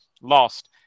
lost